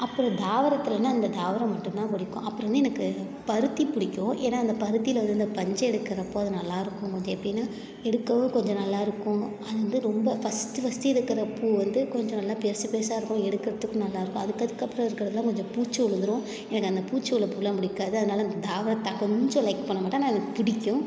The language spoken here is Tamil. அப்புறம் தாவரத்திலன்னா இந்த தாவரம் மட்டுந்தான் பிடிக்கும் அப்புறம் வந்து எனக்கு பருத்தி பிடிக்கும் ஏன்னா அந்த பருத்தியில் வந்து இந்த பஞ்சை எடுக்கிறப்போ அது நல்லா இருக்கும் அது எப்படின்னா எடுக்கவும் கொஞ்சம் நல்லா இருக்கும் அது வந்து ரொம்ப ஃபஸ்ட்டு ஃபஸ்ட்டு இருக்கிற பூ வந்து கொஞ்சம் நல்ல பெருசு பெருசாக இருக்கும் எடுக்கிறத்துக்கும் நல்லா இருக்கும் அதுக்கு அதுக்கு அப்புறம் இருக்கிறதெல்லாம் கொஞ்சம் பூச்சி உழுந்துரும் எனக்கு அந்த பூச்சி உள்ள பூவுல்லாம் பிடிக்காது அதனால் அந்த தாவரத்தை கொஞ்சம் லைக் பண்ண மாட்டேன் ஆனால் எனக்கு பிடிக்கும்